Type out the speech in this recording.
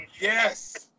Yes